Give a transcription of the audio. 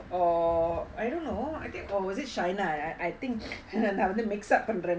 or I don't know I think or was it for shina I think நா வந்து:naa vanthu mix up பன்ற:pandra